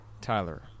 Tyler